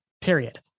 Period